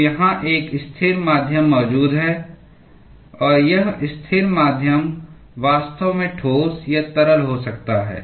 तो यहाँ एक स्थिर माध्यम मौजूद है और यह स्थिर माध्यम वास्तव में ठोस या तरल हो सकता है